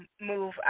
move